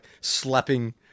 slapping